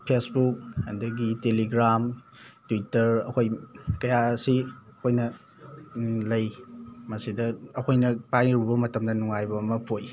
Facebook ꯑꯗꯒꯤ Telegram Twitter ꯑꯩꯈꯣꯏ ꯀꯌꯥ ꯑꯁꯤ ꯑꯩꯈꯣꯏꯅ ꯂꯩ ꯃꯁꯤꯗ ꯑꯩꯈꯣꯏꯅ ꯄꯥꯏꯔꯨꯕ ꯃꯇꯝꯗ ꯅꯨꯡꯉꯥꯏꯕ ꯑꯃ ꯄꯣꯛꯏ